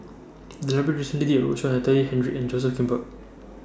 The Library recently did A roadshow on Natalie Hennedige and Joseph Grimberg